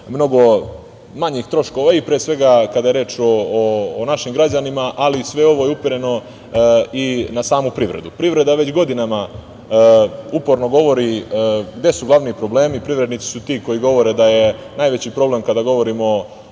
mnogo manjih troškova i pre svega kada je reč o našim građanima, ali sve ovo je upereno i na samu privredu. Privreda već godinama uporno govori gde su glavni problemi, privrednici su ti koji govore da je najveći problem kada govorimo